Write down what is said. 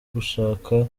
gushaka